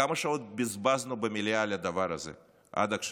כמה שעות בזבזנו במליאה על הדבר הזה עד עכשיו?